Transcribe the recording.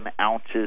ounces